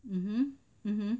mmhmm